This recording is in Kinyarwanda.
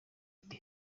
ati